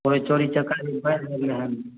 कोइ चोरी चकारी बढ़ि गेलै हन